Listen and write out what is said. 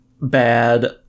bad